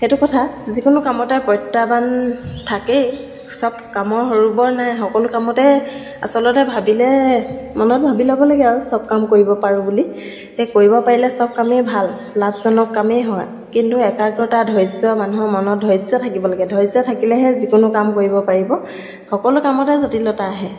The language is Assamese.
সেইটো কথা যিকোনো কামতে প্ৰত্যাহ্বান থাকেই সব কামৰ সৰু বৰ নাই সকলো কামতে আচলতে ভাবিলে মনত ভাবি ল'ব লাগে আৰু সব কাম কৰিব পাৰোঁ বুলি সেই কৰিব পাৰিলে সব কামেই ভাল লাভজনক কামেই হয় কিন্তু একাগ্ৰতা ধৈৰ্য্য় মানুহৰ মনত ধৈৰ্য্য় থাকিব লাগে ধৈৰ্য্য় থাকিলেহে যিকোনো কাম কৰিব পাৰিব সকলো কামতে জটিলতা আহে